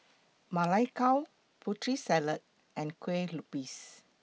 Ma Lai Gao Putri Salad and Kuih Lopes